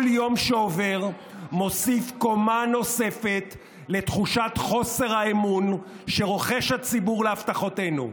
כל יום שעובר מוסיף קומה לתחושת חוסר האמון שרוחש הציבור להבטחותינו.